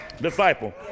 Disciple